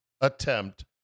attempt